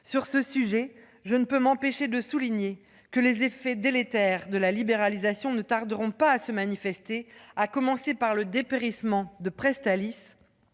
À ce titre, je ne peux m'empêcher de souligner que les effets délétères de la libéralisation ne tarderont pas à se manifester, à commencer par le dépérissement de Presstalis,